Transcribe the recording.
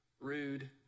rude